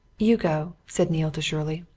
you go, said neale to shirley.